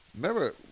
Remember